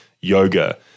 yoga